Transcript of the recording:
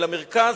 למרכז,